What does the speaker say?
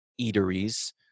eateries